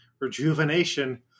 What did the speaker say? rejuvenation